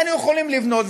היינו יכולים לבנות,